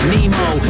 Nemo